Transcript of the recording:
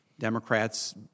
Democrats